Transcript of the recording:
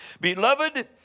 Beloved